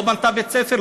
לא בנתה בית-ספר,